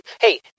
Hey